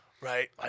right